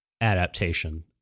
adaptation